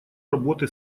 работы